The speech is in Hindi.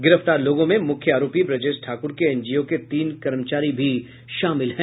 गिरफ्तार लोगों में मुख्य आरोपी ब्रजेश ठाकुर के एनजीओ के तीन कर्मचारी भी शामिल हैं